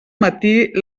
matí